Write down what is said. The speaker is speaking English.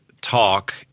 talk